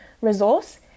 resource